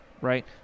Right